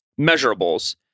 measurables